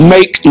Make